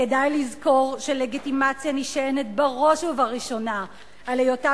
כדאי לזכור שלגיטימציה נשענת בראש ובראשונה על היותה